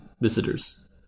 visitors